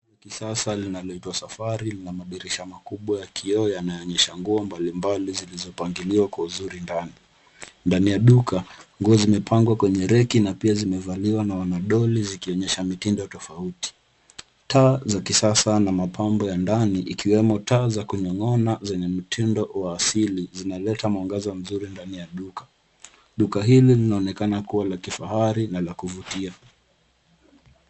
La kisasa linaloitwa Safari lina madirisha makubwa yanaonesha nguo mbalimbali zilizopangiliwa kwa uzuri ndani. Ndani ya duka, nguo zimepangwa kwenye reki na pia zimevaliwa na wanadoli zikionesha mitindo tofauti. Taa za kisasa na mapambo ya ndani ikiwemo taa za kunyonya zenye mtindo wa asili zinaleta mwangaza mzuri ndani ya duka. Duka hili linaonekana kuwa la kifahari na la kuvutia.